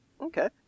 Okay